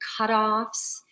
cutoffs